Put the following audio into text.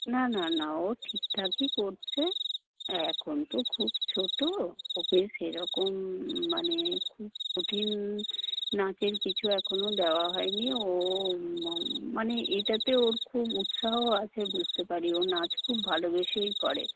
না না না ও ঠিকঠাকই করছে এখন তো খুব ছোটো ওকে সেরকম মানে খুব কঠিন নাচের কিছু এখনও দেওয়া হয়নি ও মানে এটাতে ওর খুব উৎসাহ আছে বুঝতে পারি ও নাচ খুব ভালোবেসেই করে